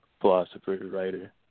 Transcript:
philosopher-writer